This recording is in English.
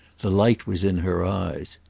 the light was in her eyes.